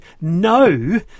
no